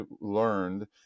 learned